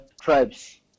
tribes